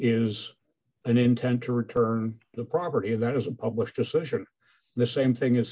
is an intent to return the property that is a published decision the same thing